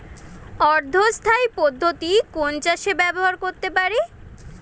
অর্ধ স্থায়ী পদ্ধতি কোন চাষে ব্যবহার করতে পারি?